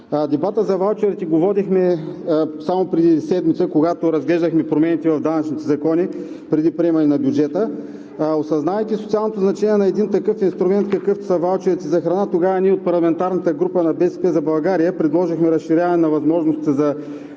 Дебатът за ваучерите го водихме само преди седмица, когато разглеждахме промените в данъчните закони преди приемане на бюджета. Осъзнавайки социалното значение на един такъв инструмент, какъвто са ваучерите за храна, тогава ние от парламентарната група на „БСП за България“ предложихме разширяване на възможностите за